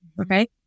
Okay